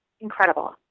incredible